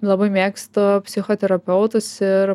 labai mėgstu psichoterapeutus ir